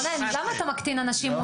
רונן, למה את המקטין אנשים?